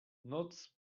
noc